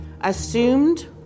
assumed